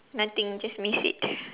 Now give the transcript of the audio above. nothing just miss it